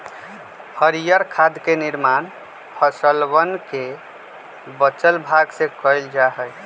हरीयर खाद के निर्माण फसलवन के बचल भाग से कइल जा हई